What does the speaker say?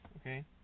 Okay